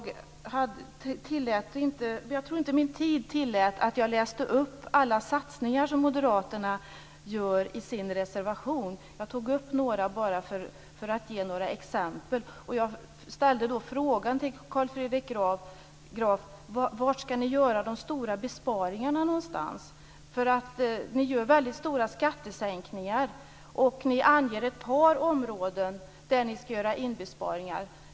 Fru talman! Jag tror inte att min tid tillät att jag läste upp alla satsningar som Moderaterna gör i sin reservation. Jag tog upp några bara för att ge några exempel. Jag ställde då frågan till Carl Fredrik Graf: Var någonstans skall ni göra de stora besparingarna? Ni gör väldigt stora skattesänkningar, och ni anger ett par områden där ni skall göra besparingar.